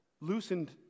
loosened